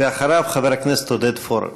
ואחריו, חבר הכנסת עודד פורר.